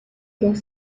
dans